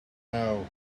know